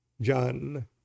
John